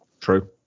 true